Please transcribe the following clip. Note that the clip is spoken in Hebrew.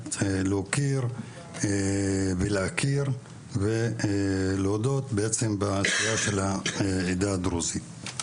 להוקיר ולהכיר ולהודות בעצם בעשייה של העדה הדרוזית.